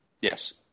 Yes